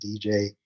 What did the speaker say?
DJ